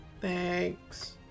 Thanks